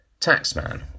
Taxman